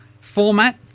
format